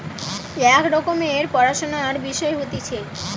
এক রকমের পড়াশুনার বিষয় হতিছে